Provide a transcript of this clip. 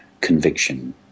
conviction